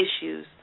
issues